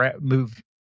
move